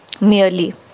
merely